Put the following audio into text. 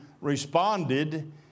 responded